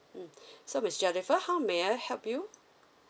mm so miss jennifer how may I help you